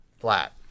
flat